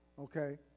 Okay